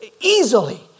easily